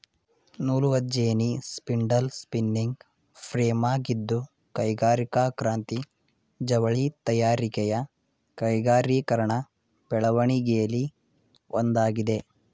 ನೂಲುವಜೆನ್ನಿ spindle spinning ಫ್ರೇಮಾಗಿದ್ದು ಕೈಗಾರಿಕಾ ಕ್ರಾಂತಿ ಜವಳಿ ತಯಾರಿಕೆಯ ಕೈಗಾರಿಕೀಕರಣ ಬೆಳವಣಿಗೆಲಿ ಒಂದಾಗಿದೆ